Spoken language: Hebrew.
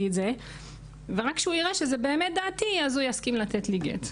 את זה ורק כשהוא יראה שזו באמת דעתי אז הוא יסכים לתת לי גט.